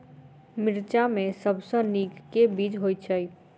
मिर्चा मे सबसँ नीक केँ बीज होइत छै?